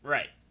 Right